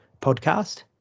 podcast